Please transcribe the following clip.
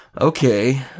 Okay